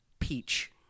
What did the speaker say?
peach